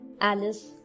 Alice